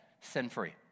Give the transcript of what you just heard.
sin-free